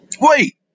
Wait